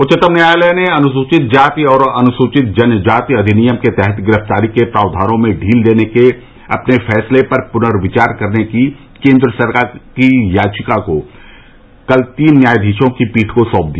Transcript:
उच्चतम न्यायालय ने अनुसूचित जाति और अनुसूचित जनजाति अधिनियम के तहत गिरफ्तारी के प्रावधानों में ढील देने के अपने फैसले पर पुनर्विचार करने की केन्द्र सरकार की याचिका को कल तीन न्यायाधीशों की पीठ को सौंप दिया